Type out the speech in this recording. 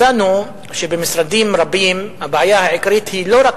מצאנו שבמשרדים רבים הבעיה העיקרית היא לא רק